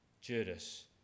Judas